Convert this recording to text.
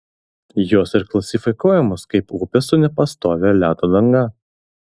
jos ir klasifikuojamos kaip upės su nepastovia ledo danga